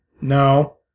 No